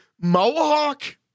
Mohawk